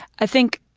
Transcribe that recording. i think